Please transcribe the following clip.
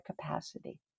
capacity